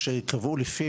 שייקבעו לפי",